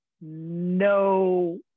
no